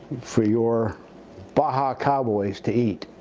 for your baja cowboys to eat.